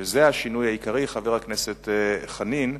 וזה השינוי העיקרי, חבר הכנסת חנין,